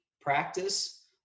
practice